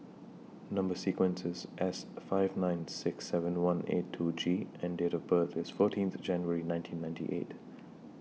Number sequence IS S five nine six seven one eight two G and Date of birth IS fourteenth January nineteen ninety eight